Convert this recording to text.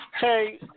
Hey